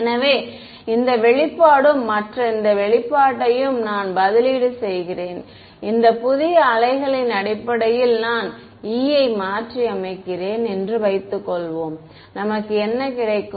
எனவே இந்த வெளிப்பாடும் மற்றும் இந்த வெளிப்பாடையும் நான் பதிலீடு செய்கிறேன் இந்த புதிய அலைகளின் அடிப்படையில் நான் E ஐ மாற்றியமைக்கிறேன் என்று வைத்துக்கொள்வோம் நமக்கு என்ன கிடைக்கும்